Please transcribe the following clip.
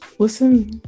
listen